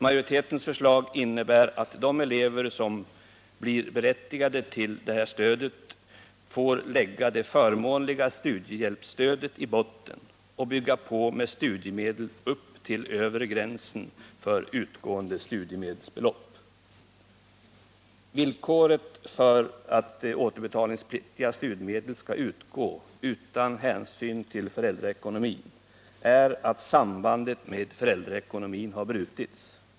Majoritetens förslag innebär att de elever som blir berättigade till detta nya stöd får lägga det förmånliga studiehjälpsstödet i botten och bygga på med studiemedel upp till övre gränsen för utgående studiemedelsbelopp. Villkoret för att återbetalningspliktiga studiemedel skall utgå utan hänsyn till föräldraekonomi är att sambandet med föräldraekonomin har brutits.